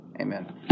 amen